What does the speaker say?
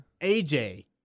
AJ